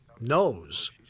knows